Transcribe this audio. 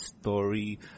story